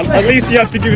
atleast you have to